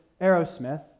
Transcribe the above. Aerosmith